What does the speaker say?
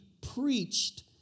preached